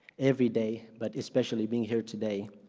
every day, but especially being here today,